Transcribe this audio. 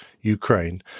Ukraine